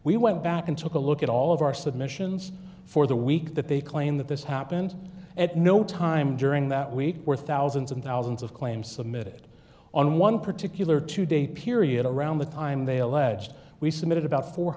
we went back and took a look at all of our submissions for the week that they claim that this happened at no time during that week where thousands and thousands of claims submitted on one particular two day period around the time they alleged we submitted about four